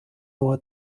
hohe